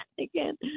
again